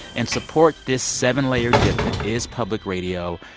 and support this seven-layer dip that is public radio.